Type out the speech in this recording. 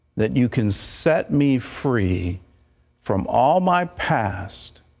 that you can set me free from all my past,